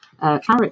character